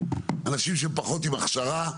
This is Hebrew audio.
אנשים שהם פחות עם הכשרה,